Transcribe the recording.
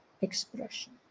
expression